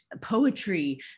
poetry